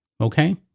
Okay